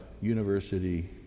University